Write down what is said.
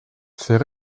fait